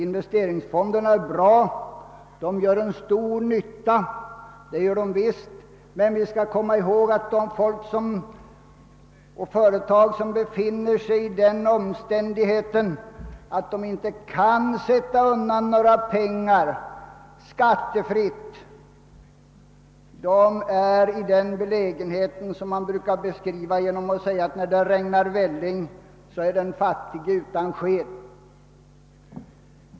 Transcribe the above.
Investeringsfonderna är bra och gör säkert stor nytta, men vi skall komma ihåg att företag som inte skattefritt kan sätta undan några pengar är i den belägenhet, som man brukar beskriva med or den »när det regnar välling har den fattige ingen sked».